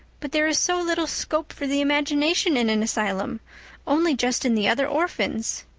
but there is so little scope for the imagination in an asylum only just in the other orphans.